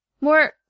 More